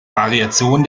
variation